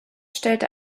stellte